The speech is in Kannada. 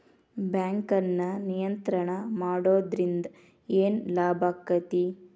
ಬ್ಯಾಂಕನ್ನ ನಿಯಂತ್ರಣ ಮಾಡೊದ್ರಿಂದ್ ಏನ್ ಲಾಭಾಕ್ಕತಿ?